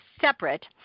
separate